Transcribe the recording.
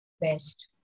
best